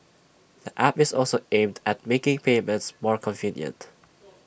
the app is also aimed at making payments more convenient